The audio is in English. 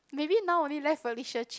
maybe now only left Felicia Chin